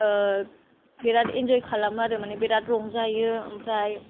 आह बिराद इन्जय खालामो आरो माने बिराद रंजायो ओमफ्राय